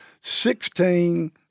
Sixteen